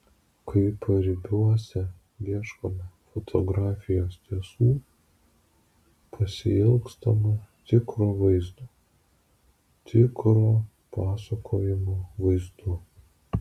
kai paribiuose ieškome fotografijos tiesų pasiilgstama tikro vaizdo tikro pasakojimo vaizdu